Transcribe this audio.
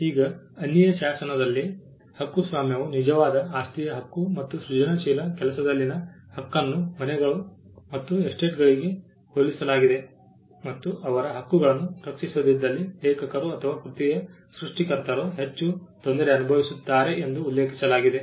ಈಗ ಅನ್ನಿಯ ಶಾಸನದಲ್ಲಿ ಹಕ್ಕುಸ್ವಾಮ್ಯವು ನಿಜವಾದ ಆಸ್ತಿಯ ಹಕ್ಕು ಮತ್ತು ಸೃಜನಶೀಲ ಕೆಲಸದಲ್ಲಿನ ಹಕ್ಕನ್ನು ಮನೆಗಳು ಮತ್ತು ಎಸ್ಟೇಟ್ಗಳಿಗೆ ಹೋಲಿಸಲಾಗಿದೆ ಮತ್ತು ಅವರ ಹಕ್ಕುಗಳನ್ನು ರಕ್ಷಿಸದಿದ್ದಲ್ಲಿ ಲೇಖಕರು ಅಥವಾ ಕೃತಿಯ ಸೃಷ್ಟಿಕರ್ತರು ಹೆಚ್ಚು ತೊಂದರೆ ಅನುಭವಿಸುತ್ತಾರೆ ಎಂದು ಉಲ್ಲೇಖಿಸಲಾಗಿದೆ